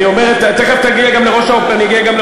תכף אגיע גם לראש האופוזיציה.